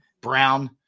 brown